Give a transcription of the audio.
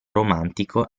romantico